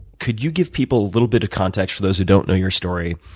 could you give people a little bit of context, for those who don't know your story,